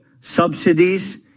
subsidies